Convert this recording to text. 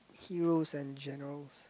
heros and generals